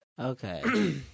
Okay